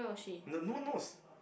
the no one knows